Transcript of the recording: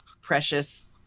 precious